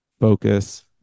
focus